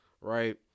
right